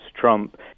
Trump